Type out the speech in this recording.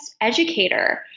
educator